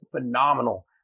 phenomenal